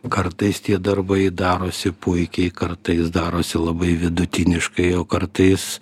kartais tie darbai darosi puikiai kartais darosi labai vidutiniškai o kartais